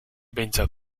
behintzat